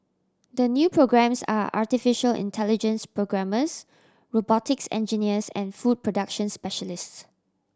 the new programmes are artificial intelligence programmers robotics engineers and food production specialists